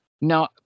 Now